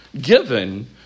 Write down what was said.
given